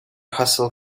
hustle